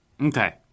Okay